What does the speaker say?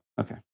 Okay